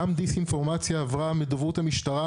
גם דיסאינפורמציה עברה מדוברות המשטרה,